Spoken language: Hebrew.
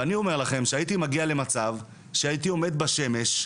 ואני אומר לכם שהייתי מגיע למצב שהייתי עומד בשמש,